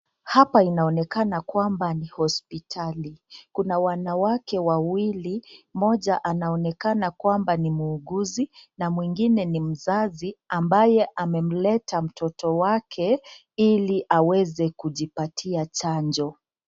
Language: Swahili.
Hapa inaonekana kwamba ni hospitali. Kuna wanawake wawili, moja anaonekana kwamba ni muuguzi na mwingine ni mzazi ambaye amemleta mtoto wake iliaweze kujipatia chajo.